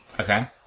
Okay